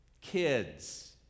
kids